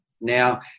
now